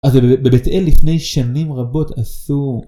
אז בבת אל לפני שנים רבות עשו...